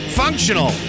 functional